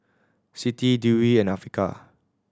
Siti Dewi and Afiqah